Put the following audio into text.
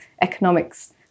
economics